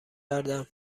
کردم